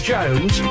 Jones